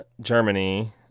Germany